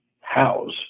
house